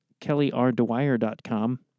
kellyrdewire.com